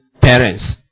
parents